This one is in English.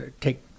take